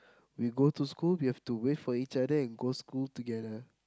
we go to school we have to wait for each other and go school together